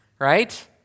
Right